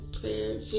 prayer